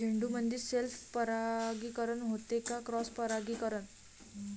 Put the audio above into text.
झेंडूमंदी सेल्फ परागीकरन होते का क्रॉस परागीकरन?